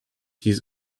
his